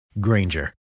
Granger